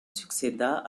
succéda